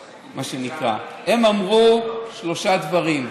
הם אמרו שלושה דברים: